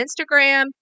Instagram